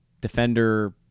defender